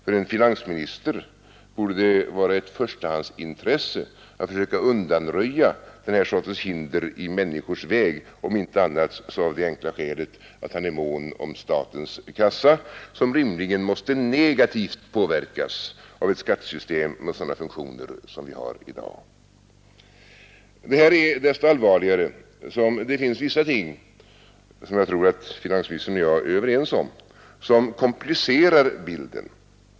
För en finansminister borde det vara ett förstahandsintresse att försöka undanröja den här sortens hinder i människors väg, om inte annat så av det enkla skälet att han är mån om statens kassa, som rimligen måste negativt påverkas av ett skattesystem med sådana funktioner som vi har i dag. Det här är desto allvarligare som det finns vissa ting, som jag tror att finansministern och jag är överens om, som komplicerar bilden.